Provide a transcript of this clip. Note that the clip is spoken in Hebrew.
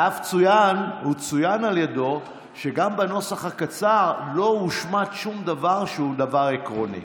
ואף צוין על ידו שגם בנוסח הקצר לא הושמט שום דבר עקרוני.